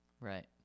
Right